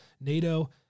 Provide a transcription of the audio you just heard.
NATO